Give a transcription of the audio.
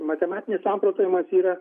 matematinis samprotavimas yra